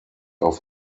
auf